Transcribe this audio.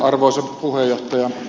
arvoisa puhemies